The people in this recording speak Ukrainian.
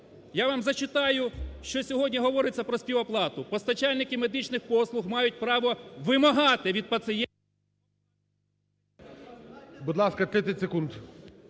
Я вам зачитаю, що сьогодні говориться про співоплату. "Постачальники медичних послуг мають право вимагати від пацієнтів… ГОЛОВУЮЧИЙ. Будь ласка, 30 секунд.